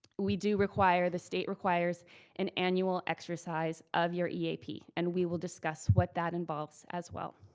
we do require, the state requires an annual exercise of your eap. and we will discuss what that involves as well.